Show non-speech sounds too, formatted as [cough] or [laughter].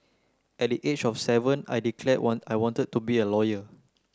at the age of seven I declared [unintelligible] I wanted to be a lawyer